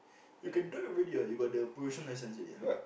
you can drive already ah you got the probation license already ah